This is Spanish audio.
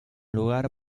lugar